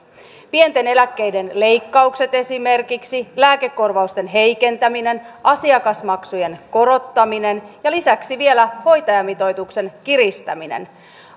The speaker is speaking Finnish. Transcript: pienten eläkkeiden leikkaukset lääkekorvausten heikentäminen asiakasmaksujen korottaminen ja lisäksi vielä hoitajamitoituksen kiristäminen